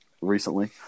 recently